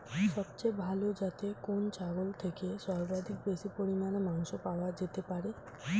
সবচেয়ে ভালো যাতে কোন ছাগল থেকে সর্বাধিক বেশি পরিমাণে মাংস পাওয়া যেতে পারে?